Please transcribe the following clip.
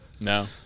No